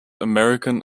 american